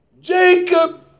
Jacob